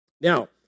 now